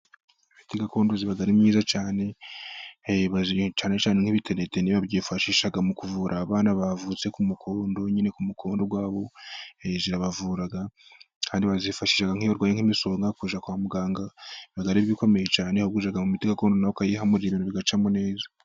Imiti gakondo iba ari mwiza cyane, cyane cyane nkibitenetene, byifashishwa mu kuvura abana bavutse ku'mukondo nyine k'umukondo wabo, irabavura Kandi barayifashisha, nkiyo barwaye nk'imisonga, kujya kwa muganga biba bikomeye cyane, ahubwo ujya mumiti gakondo nawe ukayihamurira, ibintu bigacamo neza.